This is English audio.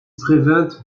prevented